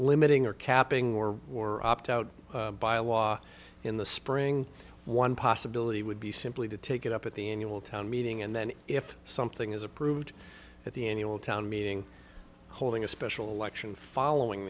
limiting or capping or or opt out by a law in the spring one possibility would be simply to take it up at the annual town meeting and then if something is approved at the annual town meeting holding a special election following